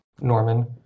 Norman